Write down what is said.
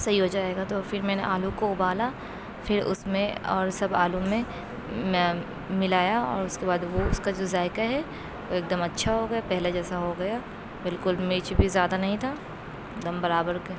صحیح ہو جائے گا تو پھر میں نے آلو کو ابالا پھر اس میں اور سب آلو میں ملایا اور اس کے بعد وہ اس کا جو ذائقہ ہے ایک دم اچھا ہو گیا پہلا جیسا ہو گیا بالکل مرچ بھی زیادہ نہیں تھا ایک دم برابر کا